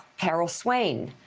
harold swain,